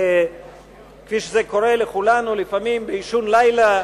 כפי שזה קורה לכולנו לפעמים באישון לילה,